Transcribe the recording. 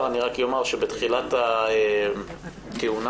אני מקדם בברכה את המשתתפות ואת חברי הכנסת שהצטרפו